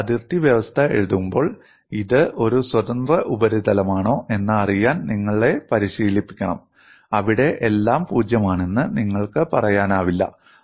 നിങ്ങൾ അതിർത്തി വ്യവസ്ഥ എഴുതുമ്പോൾ ഇത് ഒരു സ്വതന്ത്ര ഉപരിതലമാണോ എന്ന് അറിയാൻ നിങ്ങളെ പരിശീലിപ്പിക്കണം അവിടെ എല്ലാം പൂജ്യമാണെന്ന് നിങ്ങൾക്ക് പറയാനാവില്ല